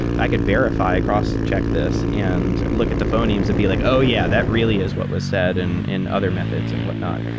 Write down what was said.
i could verify, cross-check this and look at the phonemes, and be like oh yeah, that really is what was said and in other methods and whatnot.